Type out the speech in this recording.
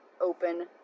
open